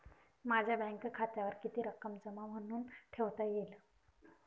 माझ्या बँक खात्यावर किती रक्कम जमा म्हणून ठेवता येईल?